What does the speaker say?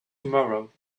tomorrow